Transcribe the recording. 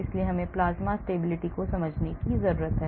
इसलिए हमें plasma stability समझने की जरूरत है